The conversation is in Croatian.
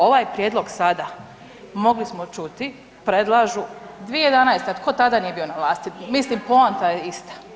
Ovaj prijedlog sada mogli smo čuti, predlažu 2011., a tko tada nije bio na vlasti, mislim poanta je ista.